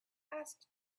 asked